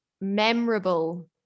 memorable